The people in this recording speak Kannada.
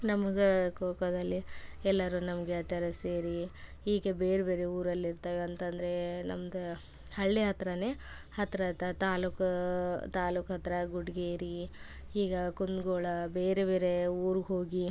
ನಮ್ಗೆ ಖೋ ಖೋದಲ್ಲಿ ಎಲ್ಲರೂ ನಮ್ಮ ಗೆಳ್ತಿಯರು ಸೇರಿ ಹೀಗೆ ಬೇರೆ ಬೇರೆ ಊರಲ್ಲಿ ಇರ್ತಾವೆ ಅಂತಂದರೆ ನಮ್ದು ಹಳ್ಳಿ ಹತ್ತಿರನೇ ಹತ್ತಿರದ ತಾಲೂಕು ತಾಲೂಕು ಹತ್ತಿರ ಗುಡಿಗೇರಿ ಹೀಗೆ ಕುಂದಗೋಳ ಬೇರೆ ಬೇರೆ ಊರ್ಗೆ ಹೋಗಿ